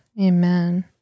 Amen